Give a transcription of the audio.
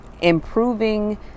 improving